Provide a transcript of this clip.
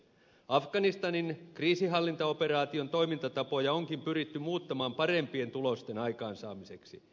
afganistanin kriisinhallintaoperaation toimintatapoja onkin pyritty muuttamaan parempien tulosten aikaansaamiseksi